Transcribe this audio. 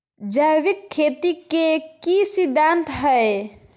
जैविक खेती के की सिद्धांत हैय?